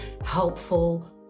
helpful